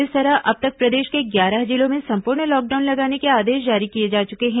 इस तरह अब तक प्रदेश के ग्यारह जिलों में सम्पूर्ण लॉकडाउन लगाने के आदेश जारी किए जा चुके हैं